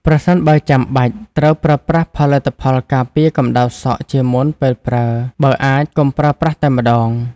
ប្រសិនបើចាំបាច់ ត្រូវប្រើប្រាស់ផលិតផលការពារកម្ដៅសក់ជាមុនពេលប្រើ បើអាចកុំប្រើប្រាស់តែម្តង ។